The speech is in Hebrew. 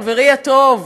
חברי הטוב,